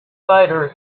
fighter